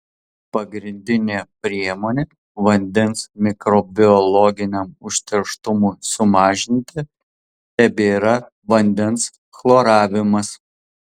pagrindinė priemonė vandens mikrobiologiniam užterštumui sumažinti tebėra vandens chloravimas